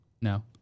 No